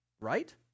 right